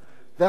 ועכשיו,